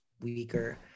weaker